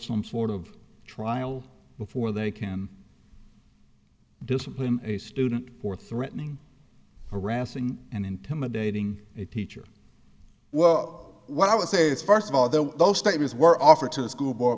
some sort of trial before they can discipline a student for threatening harassing and intimidating a teacher well what i would say is first of all though those statements were offered to the school board